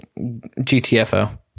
GTFO